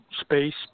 space